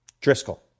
Driscoll